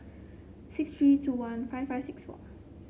six three two one five five six four